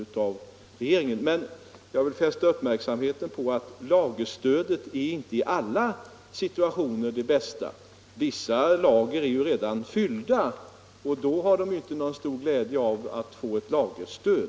Jag vill emellertid fästa uppmärksamheten på att lagerstödet inte i alla situationer är den bästa åtgärden. Vissa lager är redan fyllda, och i sådana fall har man inte någon glädje av ett lagerstöd.